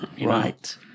Right